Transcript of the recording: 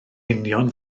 union